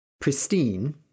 Pristine